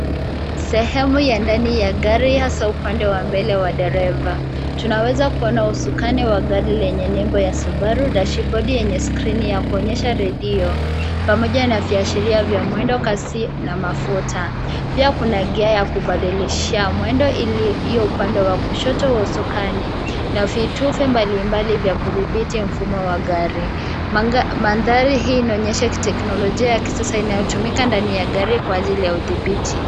Sehemu ya ndani ya gari hasa upande wa mbele wa dereva. Tunawezakuona usukani wa gari lenye nembo ya subaru, dashibodi yenye skrini ya kuonyesha redio pamoja na viashiria vya mwendo kasi na mafuta. Pia kuna gia ya kubadilishia mwendo ili iyo upande wa kushoto wa usukani na vitufe mbalimbali vya kudhibiti mfumo wa gari. Mandhari hii inaonyesha kiteknolojia ya kisasa inayotumika ndani ya gari kwa ajili ya udhibiti.